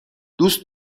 دوست